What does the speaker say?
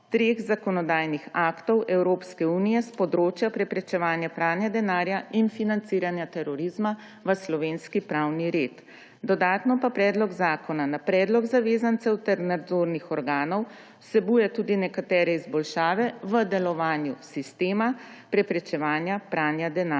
treh zakonodajnih aktov Evropske unije s področja preprečevanja pranja denarja in financiranja terorizma v slovenski pravni red. Dodatno pa predlog zakona na predlog zavezancev ter nadzornih organov vsebuje tudi nekatere izboljšave v delovanju sistema preprečevanja pranja denarja.